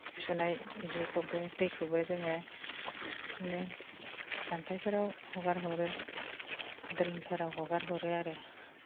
सुनाय जिखौबो दैखौबो जोङो बिदिनो जाम्फैफोराव हगार हरो ड्रेनफोराव हगार हरो आरो